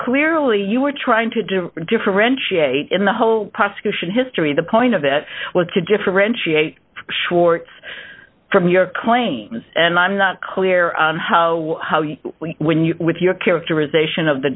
clearly you were trying to differentiate in the whole prosecution history the point of it was to differentiate shorts from your claim and i'm not clear on how with your characterization of the